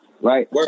Right